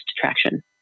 traction